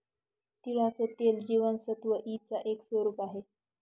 तिळाचं तेल जीवनसत्व ई च एक स्वरूप आहे